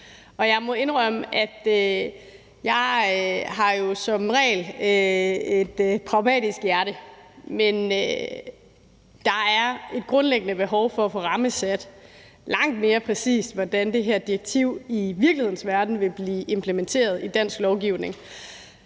jeg må indrømme, at der, selv om jeg som regel har et pragmatisk hjerte, er et grundlæggende behov for at få rammesat langt mere præcist, hvordan det her direktiv i virkelighedens verden vil blive implementeret i dansk lovgivning.